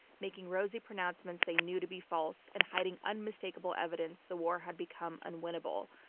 making rosy pronouncements they knew to be false and hiding unmistakable evidence the war had become unwinnable.